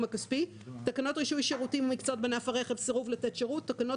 הכספי); תקנות רישוי שירותים ומקצועות בענף הרכב (סירוב לתת שירות); תקנות